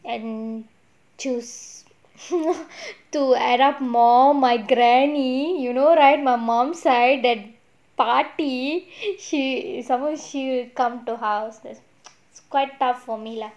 and choose to err rub more my granny you know right my mom side that paatti she come she will come to house it's quite tough for me lah